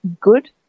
good